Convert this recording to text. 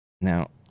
now